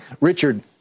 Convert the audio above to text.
Richard